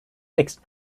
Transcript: mixed